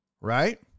right